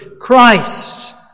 Christ